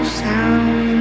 sound